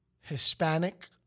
Hispanic